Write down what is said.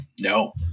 No